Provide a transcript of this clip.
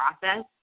process